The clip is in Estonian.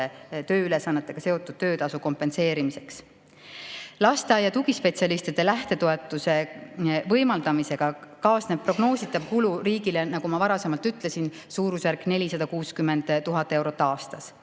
tööülesannetega seotud töötasu kompenseerimiseks. Lasteaia tugispetsialistide lähtetoetuse võimaldamisega kaasnev prognoositav kulu riigile, nagu ma juba ütlesin, on suurusjärgus 460 000 eurot aastas.